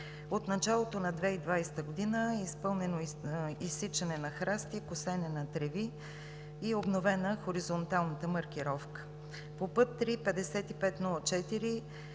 От началото на 2020 г. е изпълнено изсичане на храсти и косене на треви. Обновена е и хоризонталната маркировка. По път III-5504